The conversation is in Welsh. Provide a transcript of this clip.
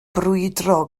brwydro